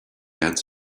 ads